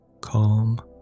Calm